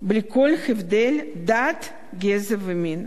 בלי כל הבדל דת, גזע ומין.